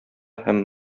һәм